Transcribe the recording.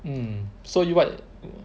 mm so you what